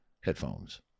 headphones